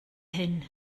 hyn